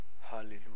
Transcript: Hallelujah